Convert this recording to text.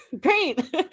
great